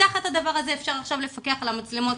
תחת הדבר הזה אפשר עכשיו לפקח על המצלמות.